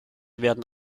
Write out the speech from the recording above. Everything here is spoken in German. werden